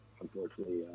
unfortunately